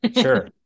Sure